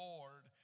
Lord